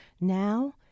now